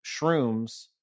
shrooms